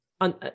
on